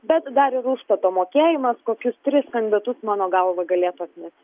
bet dar ir užstato mokėjimas kokius tris kandidatus mano galva galėtų atmes